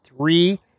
three